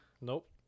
Nope